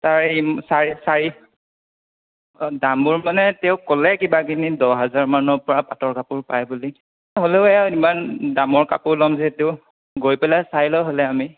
তই চাই চাই দামবোৰ মানে তেওঁ ক'লে কিবা কিবি দহ হাজাৰ মানৰ পৰা পাটৰ কাপোৰ পায় বুলি হ'লেও এই ইমান দামৰ কাপোৰ ল'ম যিহেতু গৈ পেলাই চাই লওঁ হ'লে আমি